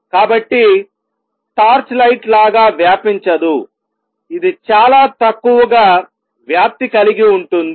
కాబట్టి torch light లాగా వ్యాపించదు ఇది చాలా తక్కువగా వ్యాప్తి కలిగి ఉంటుంది